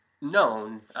known